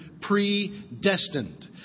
predestined